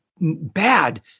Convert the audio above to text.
bad